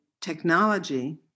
technology